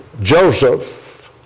Joseph